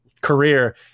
career